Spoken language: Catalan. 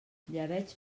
llebeig